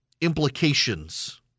implications